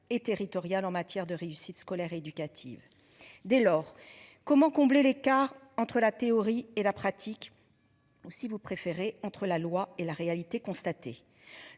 et territoriales en matière de réussite scolaire et éducative. Dès lors comment combler l'écart entre la théorie et la pratique. Ou si vous préférez, entre la loi et la réalité constatée.